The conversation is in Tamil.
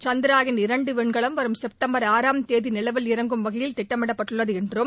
சந்த்ரயான் இரண்டு விண்கலம் வரும் செப்டம்பர் ஆறாம் தேதி நிலவில் இறங்கும் வகையில் திட்டமிடப்பட்டுள்ளது என்றும்